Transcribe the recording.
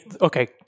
okay